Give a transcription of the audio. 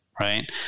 right